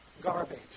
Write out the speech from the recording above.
garbage